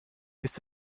ist